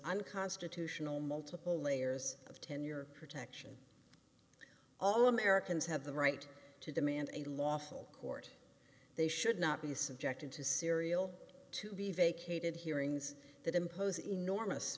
unconstitutional multiple layers of tenure protection all americans have the right to demand a lawful court they should not be subjected to serial to be vacated hearings that impose enormous